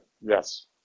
Yes